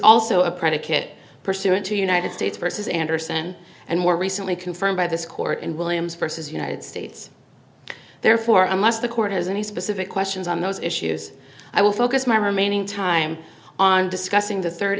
also a predicate pursuant to united states vs anderson and more recently confirmed by this court in williams versus united states therefore unless the court has any specific questions on those issues i will focus my remaining time on discussing the third